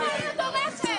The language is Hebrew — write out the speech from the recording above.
לא מעניין אותו רכב.